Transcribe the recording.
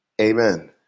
Amen